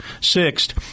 Sixth